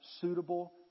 suitable